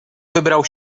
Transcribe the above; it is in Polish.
wybrał